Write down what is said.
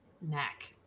neck